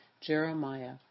Jeremiah